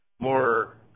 more